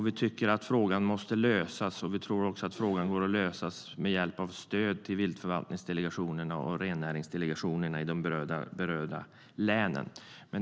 Vi tycker att frågan måste lösas, och vi tror att det kan ske genom stöd till viltförvaltningsdelegationerna och rennäringsdelegationerna i de berörda länen.